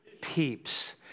Peeps